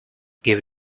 give